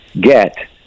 get